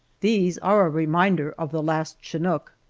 these are a reminder of the last chinook!